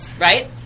Right